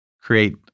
create